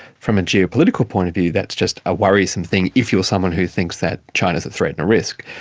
from a geopolitical point of view that's just a worrisome thing, if you are someone who thinks that china is a threat and a risk.